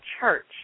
church